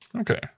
Okay